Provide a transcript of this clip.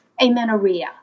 Amenorrhea